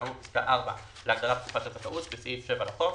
כאמור בפסקה (4) להגדרת "תקופת הזכאות" בסעיף 7 לחוק.